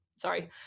Sorry